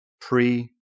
pre